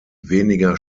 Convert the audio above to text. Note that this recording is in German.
weniger